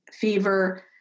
fever